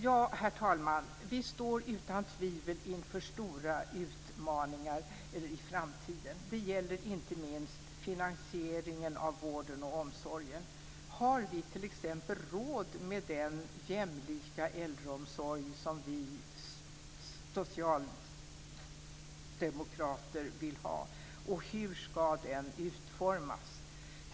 Ja, herr talman, vi står utan tvivel inför stora utmaningar i framtiden. Det gäller inte minst finansieringen av vården och omsorgen. Har vi t.ex. råd med den jämlika äldreomsorg som vi socialdemokrater vill ha? Och hur ska den utformas?